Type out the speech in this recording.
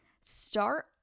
Start